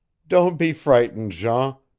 don't be frightened, jean,